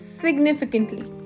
significantly